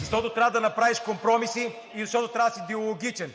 …защото трябва да направиш компромиси и защото трябва да си диалогичен.